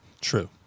True